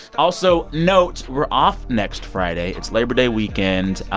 also note we're off next friday. it's labor day weekend.